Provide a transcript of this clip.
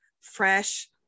fresh